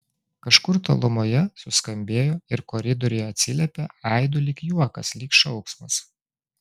kažkur tolumoje suskambėjo ir koridoriuje atsiliepė aidu lyg juokas lyg šauksmas